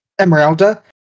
Emeralda